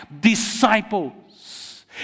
disciples